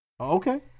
Okay